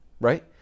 right